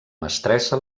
mestressa